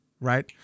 right